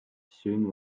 soon